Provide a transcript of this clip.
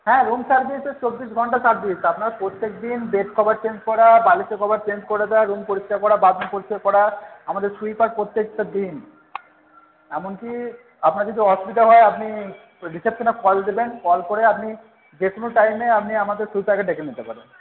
হ্যাঁ room service ওই চব্বিশ ঘন্টা সার্ভিস আপনার প্রত্যেকদিন বেডকভার চেঞ্জ করা বালিসের কভার চেঞ্জ করে দেওয়া রুম পরিষ্কার করা বাথরুম পরিষ্কার করা আমাদের সুইপার প্রত্যেকটা দিন এমন কি আপনার যদি অসুবিধা হয় আপনি রিসেপশানে কল দেবেন কল করে আপনি যে কোনো টাইমে আপনি আমাদের সুইপারকে ডেকে নিতে পারেন